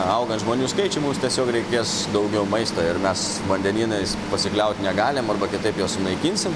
augant žmonių skaičiui mums tiesiog reikės daugiau maisto ir mes vandenynais pasikliaut negalim arba kitaip juos sunaikinsim